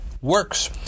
Works